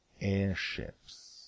airships